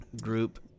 group